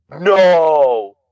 no